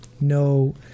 no